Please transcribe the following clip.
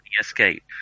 escape